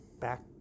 back